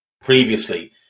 previously